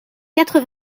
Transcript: quatre